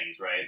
right